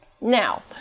Now